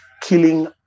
killing